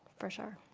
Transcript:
for sure.